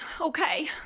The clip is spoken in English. Okay